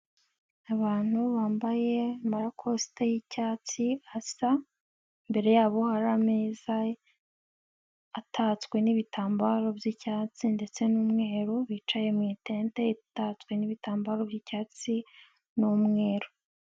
Abantu bambaye amarakosite y'icyatsi asa, imbere yabo hari ameza, atatswe n'ibitambaro by'icyatsi ndetse n'umweru bicaye mu itente itatswe n'ibitambaro by'icyatsi, n'umweru.